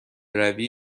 روی